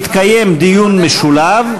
יתקיים דיון משולב.